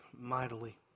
mightily